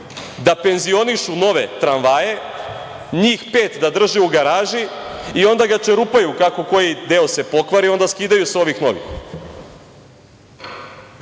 da penzionišu nove tramvaje, njih pet da drže u garaži i onda ga čerupaju kako koji deo se pokvari i onda skidaju sa ovih novih.